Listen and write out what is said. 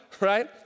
right